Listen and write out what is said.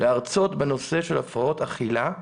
להרצות בנושא של הפרעות אכילה.